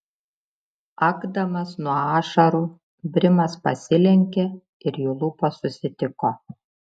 akdamas nuo ašarų brimas pasilenkė ir jų lūpos susitiko